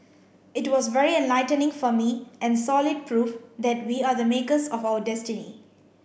it was very enlightening for me and solid proof that we are the makers of our destiny